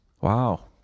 Wow